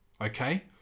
Okay